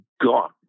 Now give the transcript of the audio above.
gone